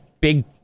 big